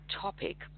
topic